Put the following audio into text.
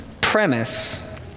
premise